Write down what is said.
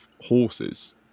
horses